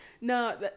No